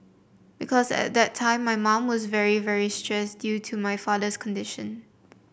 because at the time my mum was very very stressed due to my father's condition